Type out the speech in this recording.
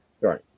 right